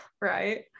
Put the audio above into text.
right